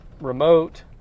remote